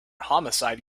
homicide